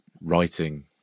writing